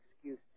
excuse